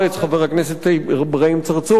חבר הכנסת אברהים צרצור,